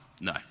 No